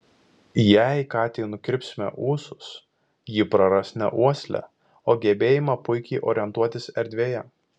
jei katei nukirpsime ūsus ji praras ne uoslę o gebėjimą puikiai orientuotis erdvėje